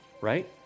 Right